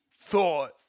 thought